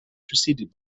preceded